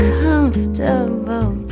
comfortable